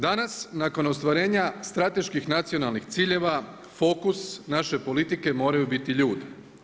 Danas, nakon ostvarenja strateških nacionalnih ciljeva, fokus naše politike moraju biti ljudi.